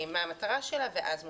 מה המטרה שלה ואז מצביעים.